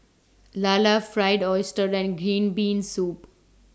Lala Fried Oyster and Green Bean Soup